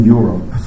Europe